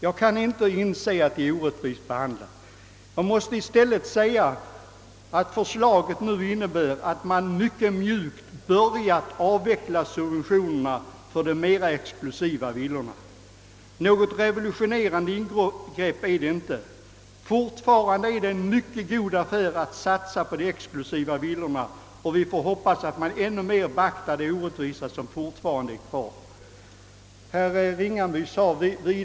Jag kan helt enkelt inte inse att de är det. Det föreliggande förslaget innebär i stället att man mjukt börjar avveckla subventionerna för de mer exklusiva villorna. Något revolutionerande ingrepp är det inte fråga om. Fortfarande är det en mycket god affär att satsa på de exklusiva villorna, och vi får hoppas att de orättvisor som fortfarande är kvar även skall beaktas.